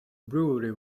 brewery